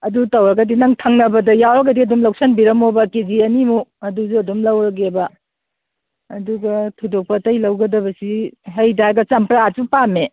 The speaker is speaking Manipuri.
ꯑꯗꯨ ꯇꯧꯔꯒꯗꯤ ꯅꯪ ꯊꯪꯅꯕꯗ ꯌꯥꯎꯔꯒꯗꯤ ꯑꯗꯨꯝ ꯂꯧꯁꯤꯟꯕꯤꯔꯝꯃꯣꯕ ꯀꯦ ꯖꯤ ꯑꯅꯤꯃꯨꯛ ꯑꯗꯨꯁꯨ ꯑꯗꯨꯝ ꯂꯧꯔꯒꯦꯕ ꯑꯗꯨꯒ ꯊꯣꯛꯗꯣꯛꯄ ꯑꯇꯩ ꯂꯧꯒꯗꯕꯁꯤ ꯍꯩꯗ ꯍꯥꯏꯔꯒ ꯆꯝꯄ꯭ꯔꯥꯁꯨ ꯄꯥꯝꯃꯦ